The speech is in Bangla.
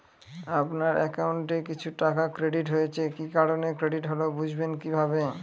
আপনার অ্যাকাউন্ট এ কিছু টাকা ক্রেডিট হয়েছে কি কারণে ক্রেডিট হল বুঝবেন কিভাবে?